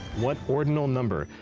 what ordinal number,